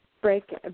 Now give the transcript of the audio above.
break